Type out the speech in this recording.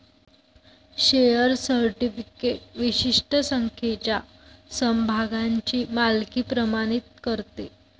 share certificate विशिष्ट संख्येच्या समभागांची मालकी प्रमाणित करते